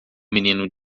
menino